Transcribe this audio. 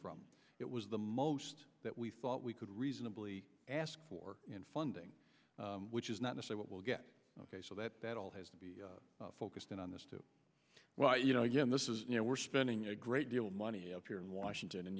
from it was the most that we thought we could reasonably ask for in funding which is not to say what will get ok so that that all has to be focused in on this too well you know again this is you know we're spending a great deal of money up here in washington and